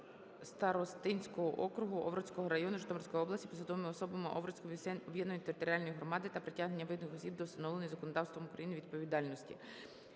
старостинського округу Овруцького району Житомирської області посадовими особами Овруцької об'єднаної територіальної громади та притягнення винних осіб до встановленої законодавством України відповідальності.